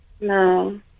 No